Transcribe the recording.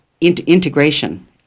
integration